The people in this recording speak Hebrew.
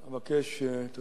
אבקש, ברשותך,